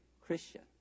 Christian